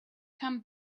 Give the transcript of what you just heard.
come